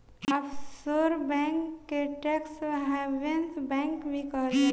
offshore bank के tax havens bank भी कहल जाला